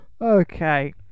Okay